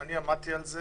עמדתי על זה